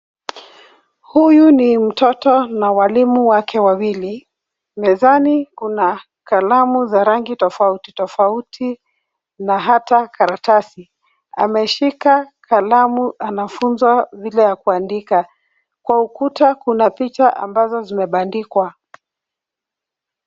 Huyu ni mtoto na walimu wake wawili, mezani kuna kalamu za rangi tofauti tofauti, na hata karatasi. Ameshika kalamu anafunzwa vile ya kuandika, kwa ukuta kuna picha ambazo zimebandikwa.